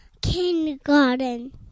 Kindergarten